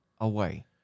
away